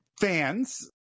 fans